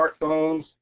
smartphones